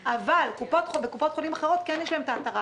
זאת אומרת שאם מבוטח של קופת חולים מכבי,